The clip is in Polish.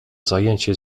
zajęcie